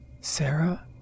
Sarah